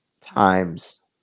times